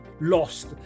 lost